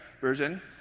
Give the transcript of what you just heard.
version